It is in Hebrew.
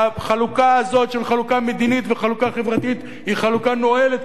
והחלוקה הזאת של חלוקה מדינית וחלוקה חברתית היא חלוקה נואלת,